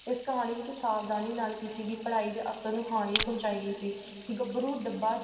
ਇਸ ਕਹਾਣੀ ਵਿੱਚ ਸਾਵਧਾਨੀ ਨਾਲ ਕੀਤੀ ਗਈ ਪੜ੍ਹਾਈ ਦੇ ਅਸਰ ਨੂੰ ਹਾਨੀ ਪਹੁੰਚਾਈ ਗਈ ਸੀ ਗੱਭਰੂ ਡੱਬਾ